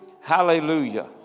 Hallelujah